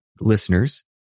listeners